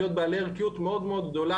הם יכולים להיות בעלי ערכיות מאוד מאוד גבוהה,